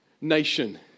nation